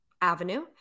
avenue